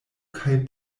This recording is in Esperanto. kaj